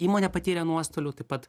įmonė patyrė nuostolių taip pat